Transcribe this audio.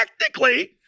technically